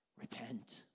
Repent